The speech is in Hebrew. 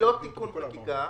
ללא תיקון חקיקה,